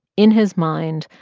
in his mind,